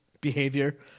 behavior